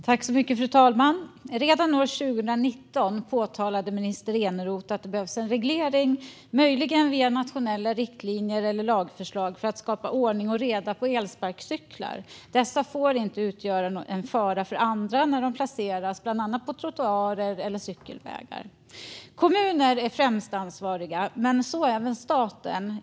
Fru talman! Redan år 2019 påtalade minister Eneroth att det behövs en reglering, möjligen via nationella riktlinjer eller lagförslag, för att skapa ordning och reda på elsparkcyklar. Dessa får inte utgöra en fara för andra när de placeras bland annat på trottoarer eller cykelvägar. Kommuner är främst ansvariga men så även staten.